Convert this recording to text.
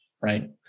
right